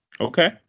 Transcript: Okay